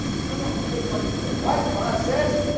i'll take money instead why c'mon says